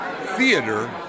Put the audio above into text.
theater